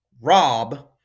Rob